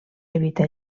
evitar